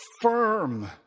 firm